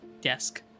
desk